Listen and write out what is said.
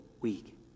weak